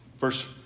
Verse